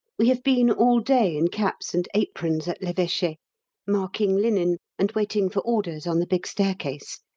we have been all day in caps and aprons at l'eveche, marking linen and waiting for orders on the big staircase.